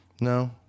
No